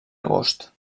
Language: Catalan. agost